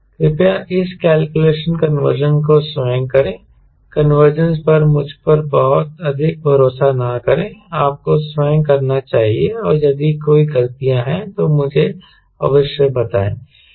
कृपया इस calculation conversion को स्वयं करें कन्वर्जन पर मुझ पर बहुत अधिक भरोसा न करें आपको स्वयं करना चाहिए और यदि कोई गलतियाँ हैं तो मुझे अवश्य बताएं